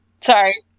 sorry